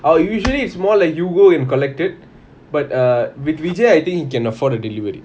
I will usually it's more like you go and collect it but err with rejah I think he can afford a delivery